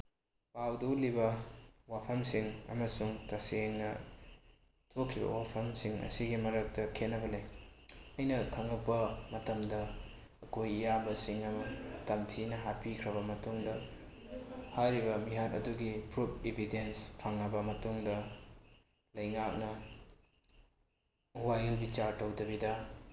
ꯄꯥꯎꯗ ꯎꯠꯂꯤꯕ ꯋꯥꯐꯝꯁꯤꯡ ꯑꯃꯁꯨꯡ ꯇꯁꯦꯡꯅ ꯊꯣꯛꯈꯤꯕ ꯋꯥꯐꯝꯁꯤꯡ ꯑꯁꯤꯒꯤ ꯃꯔꯛꯇ ꯈꯦꯠꯅꯕ ꯂꯩ ꯑꯩꯅ ꯈꯪꯉꯛꯄ ꯃꯇꯝꯗ ꯑꯩꯈꯣꯏ ꯏꯌꯥꯝꯕꯁꯤꯡ ꯑꯃ ꯇꯝꯊꯤꯅ ꯍꯥꯠꯄꯤꯈ꯭ꯔꯕ ꯃꯇꯨꯡꯗ ꯍꯥꯏꯔꯤꯕ ꯃꯤꯍꯥꯠ ꯑꯗꯨꯒꯤ ꯄ꯭ꯔꯨꯞ ꯏꯕꯤꯗꯦꯟꯁ ꯐꯪꯉꯕ ꯃꯇꯨꯡꯗ ꯂꯩꯉꯥꯛꯅ ꯋꯥꯌꯦꯜ ꯕꯤꯆꯥꯔ ꯇꯧꯗꯕꯤꯗ